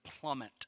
plummet